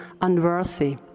unworthy